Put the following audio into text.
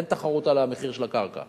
אין תחרות על המחיר של הקרקע.